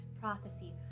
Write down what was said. prophecy